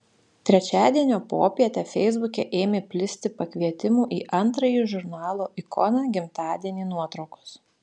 trečiadienio popietę feisbuke ėmė plisti pakvietimų į antrąjį žurnalo ikona gimtadienį nuotraukos